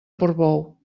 portbou